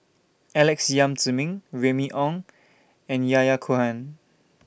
Alex Yam Ziming Remy Ong and Yahya Cohen